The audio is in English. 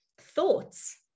thoughts